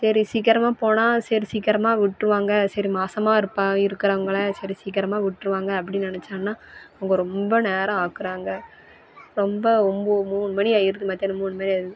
சரி சீக்கிரமாக போனால் சரி சீக்கிரமாக விட்டுருவாங்க சரி மாசமாக இருப்பா இருக்குறவங்களே சரி சீக்கிரமாக விட்டுருவாங்க அப்படின்னு நினைசான்னா அவங்க ரொம்ப நேரம் ஆக்குறாங்க ரொம்ப ஒம்போ மூணு மணி ஆயிருது மத்தியானம் மூணு மணி ஆயிருது